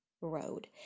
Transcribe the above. road